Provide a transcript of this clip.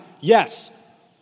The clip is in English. Yes